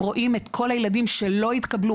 הם רואים את כל הילדים שלא התקבלו,